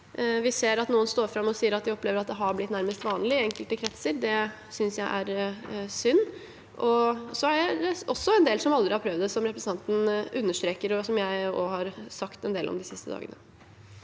Vi ser at noen står fram og sier at de opplever at det har blitt nærmest vanlig i enkelte kretser. Det synes jeg er synd. Det er også en del som aldri har prøvd det, som representanten understreker, noe jeg også har sagt en del om de siste dagene.